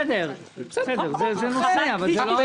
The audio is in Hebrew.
בסדר אבל זה לא הנושא שלנו.